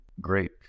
great